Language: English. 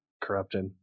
corrupted